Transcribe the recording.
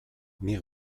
mais